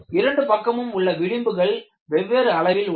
இரண்டு பக்கமும் உள்ள விளிம்புகள் வெவ்வேறு அளவில் உள்ளன